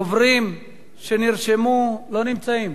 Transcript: הדוברים שנרשמו לא נמצאים.